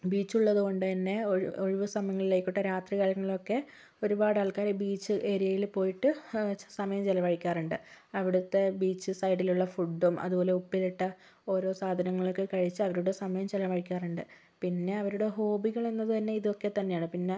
ബീച്ചുള്ളതുകൊണ്ടുത്തന്നെ ഒഴിവ് ഒഴിവു സമയങ്ങളിലായിക്കോട്ടെ രാത്രി കാലങ്ങളിലൊക്കെ ഒരുപാടാൾക്കാര് ബീച്ച് ഏരിയയിൽ പോയിട്ട് സമയം ചിലവഴിക്കാറുണ്ട് അവിടുത്തെ ബീച്ച് സൈഡിലുള്ള ഫുഡും അതുപോലെ ഉപ്പിലിട്ട ഓരോ സാധനങ്ങളൊക്കെ കഴിച്ച് അവരുടെ സമയം ചിലവഴിക്കാറുണ്ട് പിന്നെ അവരുടെ ഹോബികൾ എന്നത് ഇതൊക്കെ തന്നെയാണ് പിന്നെ